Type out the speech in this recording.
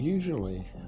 Usually